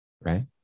right